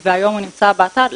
היום הוא נמצא באתר.